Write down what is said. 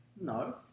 No